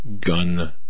gun